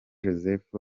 joseph